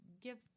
give